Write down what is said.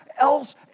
else